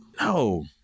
no